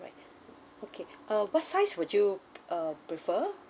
right okay uh what size would you uh prefer